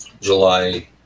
July